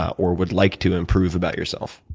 or would like to improve about yourself?